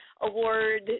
award